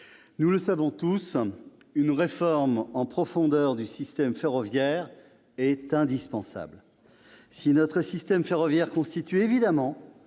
nous le savons tous : une réforme en profondeur du système ferroviaire est indispensable. Si notre système ferroviaire constitue évidemment